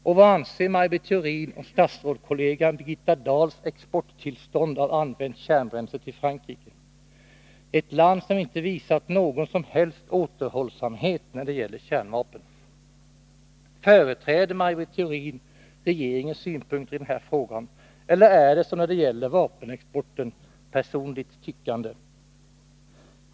Och vad anser Maj Britt Theorin om statsrådskollegan Birgitta Dahls tillstånd till export av använt kärnbränsle till Frankrike, ett land som inte visat någon som helst återhållsamhet när det gäller kärnvapen? Företräder Maj Britt Theorin regeringens ståndpunkt i den här frågan, eller är det — som när det gäller vapenexporten — personligt tyckande?